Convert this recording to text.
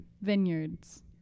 Vineyards